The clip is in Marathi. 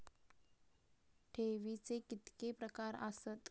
ठेवीचे कितके प्रकार आसत?